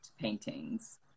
paintings